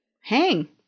hang